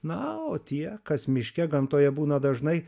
na o tie kas miške gamtoje būna dažnai